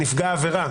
אליו,